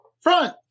front